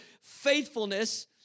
faithfulness